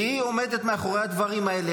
היא לא --- היא עומדת מאחורי הדברים האלה,